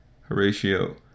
Horatio